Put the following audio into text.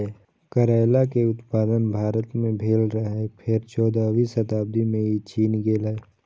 करैला के उत्पत्ति भारत मे भेल रहै, फेर चौदहवीं शताब्दी मे ई चीन गेलै